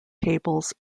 tables